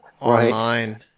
online